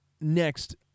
Next